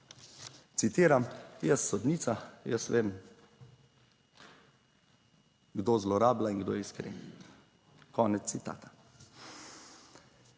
citiram: "Jaz, sodnica, jaz vem kdo zlorablja in kdo je iskren." - konec citata.